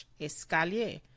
escalier